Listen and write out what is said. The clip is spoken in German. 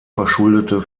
verschuldete